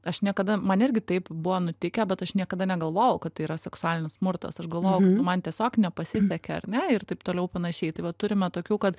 aš niekada man irgi taip buvo nutikę bet aš niekada negalvojau kad tai yra seksualinis smurtas aš galvojau man tiesiog nepasisekė ar ne ir taip toliau panašiai tai va turime tokių kad